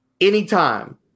anytime